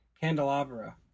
Candelabra